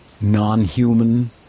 non-human